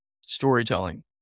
storytelling